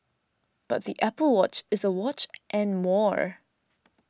but the Apple Watch is a watch and more